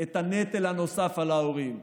את הנטל הנוסף על ההורים,